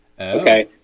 Okay